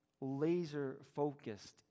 laser-focused